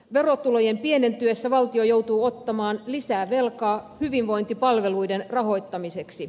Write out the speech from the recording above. verotulojen pienentyessä valtio joutuu ottamaan lisää velkaa hyvinvointipalveluiden rahoittamiseksi